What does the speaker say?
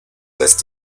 lässt